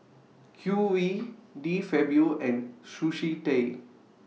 Q V De Fabio and Sushi Tei